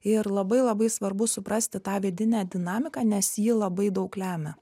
ir labai labai svarbu suprasti tą vidinę dinamiką nes ji labai daug lemia